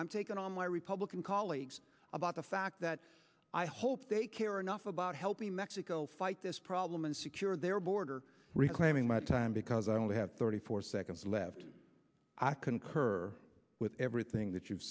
i'm taken on my republican colleagues about the fact that i hope they care enough about helping mexico fight this problem and secure their border reclaiming my time because i only have thirty four seconds left i concur with everything that you've